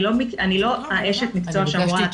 אני לא אשת מקצוע שאמורה לתת